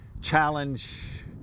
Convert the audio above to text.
Challenge